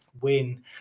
win